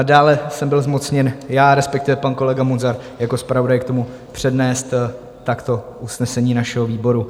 Dále jsem byl zmocněn já, respektive pan kolega Munzar jako zpravodaj, k tomu, přednést takto usnesení našeho výboru.